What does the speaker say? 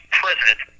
president